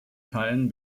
teilen